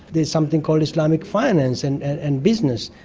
there's something called islamic finance and and business.